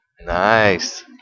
Nice